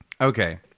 okay